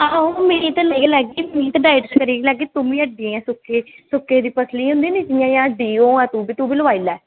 आं में खरीदी गै लेगी डाईट लेई गै लैगी तू हड्डी ऐ सुक्की दी तेरी पतली ऐ ना हड्डी ते तू बी लोआई लै